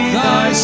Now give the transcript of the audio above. thy